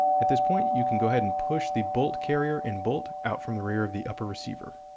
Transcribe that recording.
at this point you can go ahead and push the bolt carrier and bolt out from the rear of the upper receiver.